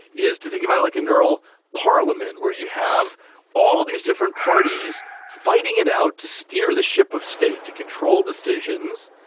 is to think about it like a neural parliament where you have all these different parties fighting it out to steer the ship of state, to control decisions,